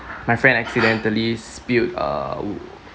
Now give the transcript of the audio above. my friend accidentally spilled uh